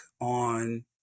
on